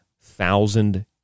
thousand